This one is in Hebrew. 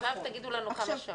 תגידו לנו כמה שעות.